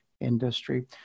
industry